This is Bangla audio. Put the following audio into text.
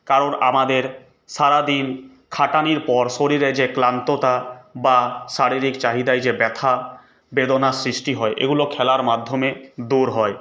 কারণ আমাদের সারাদিন খাটনির পর শরীরে যে ক্লান্তি বা শারীরিক চাহিদায় যে ব্যথা বেদনার সৃষ্টি হয় এগুলো খেলার মাধ্যমে দূর হয়